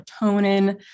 serotonin